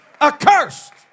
accursed